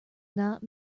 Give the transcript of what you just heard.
not